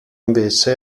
invece